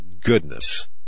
goodness